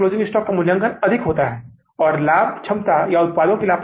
आप इसे अलग तरीके से कह सकते हैं कि मामले में दी गई जानकारी और उस जानकारी को यहां लाया जाएगा